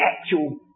actual